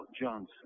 Johnson